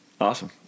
awesome